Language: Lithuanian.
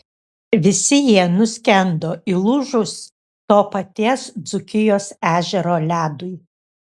visi jie nuskendo įlūžus to paties dzūkijos ežero ledui